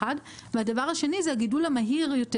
הדבר השני הוא הגידול המהיר יותר